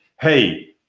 Hey